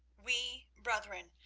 we brethren,